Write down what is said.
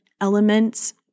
elements